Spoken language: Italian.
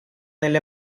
nelle